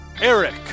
Eric